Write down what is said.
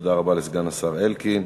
תודה רבה לסגן השר אלקין.